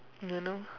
don't know